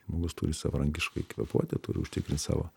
žmogus turi savarankiškai kvėpuoti turi užtikrint savo